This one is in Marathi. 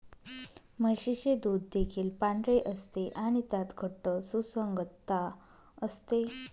म्हशीचे दूध देखील पांढरे असते आणि त्यात घट्ट सुसंगतता असते